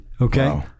okay